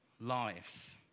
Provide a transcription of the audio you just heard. lives